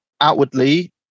outwardly